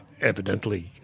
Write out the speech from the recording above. evidently